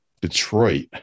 detroit